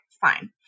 fine